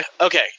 Okay